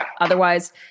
otherwise